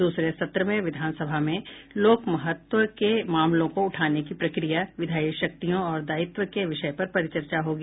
दूसरे सत्र में विधानसभा में लोक महत्व के मामलों को उठाने की प्रक्रिया विधायी शक्तियों और दायित्व के विषय पर परिचर्चा होगी